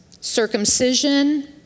circumcision